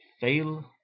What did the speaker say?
fail